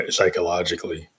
Psychologically